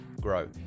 grow